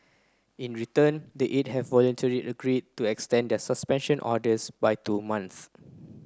in return the eight have voluntarily agreed to extend their suspension orders by two months